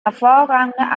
hervorragende